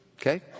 Okay